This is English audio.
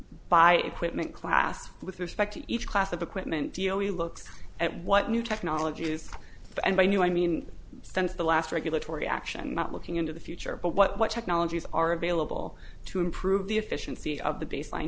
by equipment classes with respect to each class of the equipment deal he looks at what new technologies and by new i mean since the last regulatory action that looking into the future but what technologies are available to improve the efficiency of the baseline